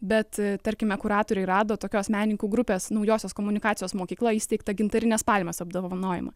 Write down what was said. bet tarkime kuratoriai rado tokios menininkų grupės naujosios komunikacijos mokykla įsteigta gintarinės palmės apdovanojimą